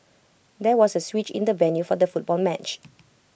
there was A switch in the venue for the football match